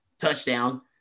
touchdown